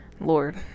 lord